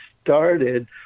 started